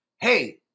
hey